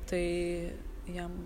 tai jam